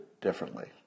differently